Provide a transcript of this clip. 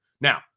Now